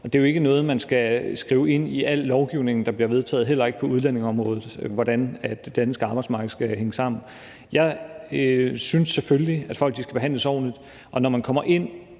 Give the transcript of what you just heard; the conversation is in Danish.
det er jo ikke noget, man skal skrive ind i al lovgivning, der bliver vedtaget, heller ikke på udlændingeområdet, altså hvordan det danske arbejdsmarked skal hænge sammen. Jeg synes selvfølgelig, at folk skal behandles ordentligt, og når man kommer ind